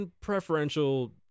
Preferential